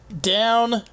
Down